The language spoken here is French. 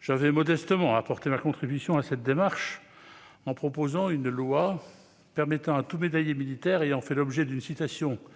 J'avais modestement apporté ma contribution à cette démarche en proposant une loi permettant à tout médaillé militaire ayant fait l'objet d'une citation à l'ordre